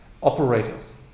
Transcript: Operators